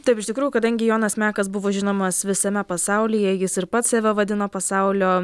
taip iš tikrųjų kadangi jonas mekas buvo žinomas visame pasaulyje jis ir pats save vadino pasaulio